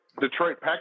Detroit